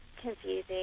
confusing